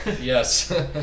Yes